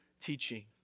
teaching